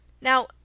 Now